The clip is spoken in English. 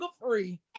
free